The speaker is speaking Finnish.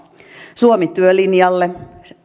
suomi työlinjalle